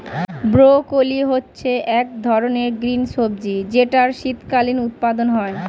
broccoli হচ্ছে এক ধরনের গ্রিন সবজি যেটার শীতকালীন উৎপাদন হয়ে